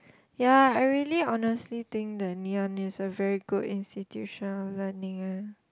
ya I really honestly think that ngee ann is a very good institution of learning eh